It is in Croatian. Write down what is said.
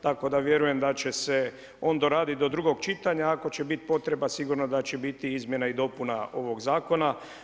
Tako da vjerujem da će se on doraditi do drugog čitanja, ako će biti potreba sigurno da će biti izmjena i dopuna ovoga zakona.